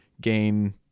gain